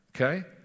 Okay